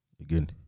again